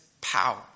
power